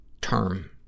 term